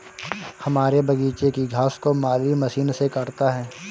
हमारे बगीचे की घास को माली मशीन से काटता है